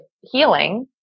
healing